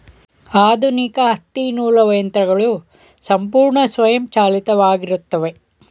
ಆಧುನಿಕ ತ್ತಿ ನೂಲುವ ಯಂತ್ರಗಳು ಸಂಪೂರ್ಣ ಸ್ವಯಂಚಾಲಿತವಾಗಿತ್ತವೆ